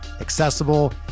accessible